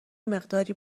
مقداری